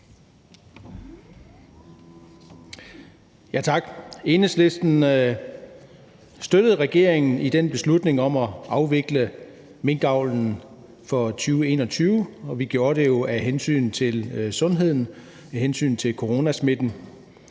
Tak. Enhedslisten støttede regeringen i beslutningen om at afvikle minkavlen for 2021, og vi gjorde det jo af hensyn til sundheden, af hensyn til at